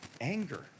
anger